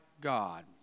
God